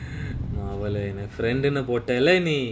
மவளே என்ன:mavale enna friend டுனு போட்டல நீ:dunu potala nee